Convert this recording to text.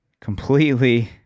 completely